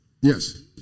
Yes